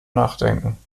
nachdenken